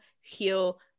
heal